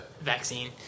Vaccine